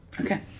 Okay